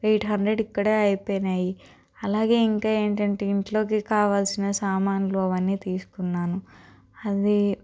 eight hundred ఇక్కడే అయిపోయినాయి అలాగే ఇంకా ఏంటంటే ఇంట్లోకి కావలసిన సామానులు అవన్నీ తీసుకున్నాను అదీ